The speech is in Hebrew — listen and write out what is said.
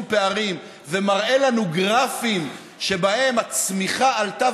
פערים ומראה לנו גרפים שבהם הצמיחה עלתה,